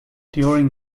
during